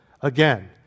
Again